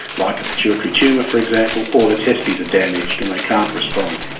like a pituitary tumour for example, or the testes are damaged and they can't respond.